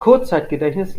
kurzzeitgedächtnis